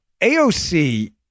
AOC